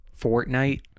fortnite